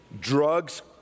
Drugs